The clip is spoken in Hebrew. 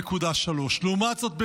11.3. לעומת זאת,